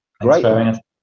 Great